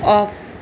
of